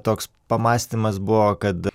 toks pamąstymas buvo kad